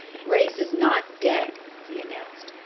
grace is not dead, he announced.